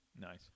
Nice